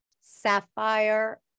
sapphire